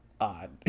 odd